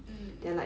mm